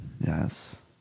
yes